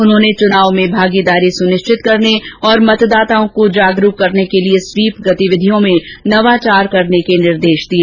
उन्होंने चुनाव में भागीदारी सुनिश्चित करने और मतदाताओं को जागरूक करने के लिए स्वीप गतिविधियों में नवाचार करने के निर्देश दिए